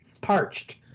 parched